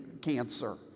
cancer